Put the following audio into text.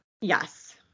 Yes